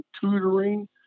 tutoring